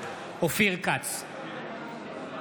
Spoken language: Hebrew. אופיר כץ, נגד רון כץ,